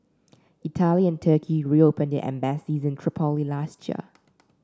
Italy and Turkey reopened their embassies in Tripoli last year